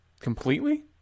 Completely